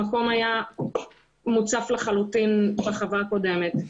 המקום היה מוצף לחלוטין בחווה הקודמת.